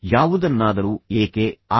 ನೀವು ಯಾವುದೋ ವಸ್ತುವಿಗೆ ಏಕೆ ವ್ಯಸನಿಯಾಗುತ್ತೀರಿ